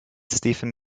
stephen